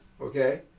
okay